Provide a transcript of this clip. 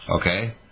Okay